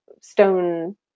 stone